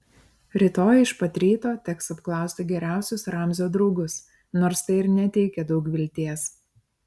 rytoj iš pat ryto teks apklausti geriausius ramzio draugus nors tai ir neteikia daug vilties